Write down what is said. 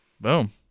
Boom